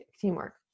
teamwork